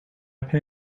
pay